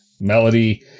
melody